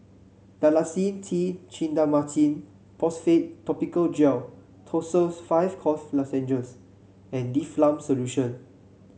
Dalacin T Clindamycin Phosphate Topical Gel Tussils five Cough Lozenges and Difflam Solution